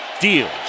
deals